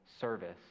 service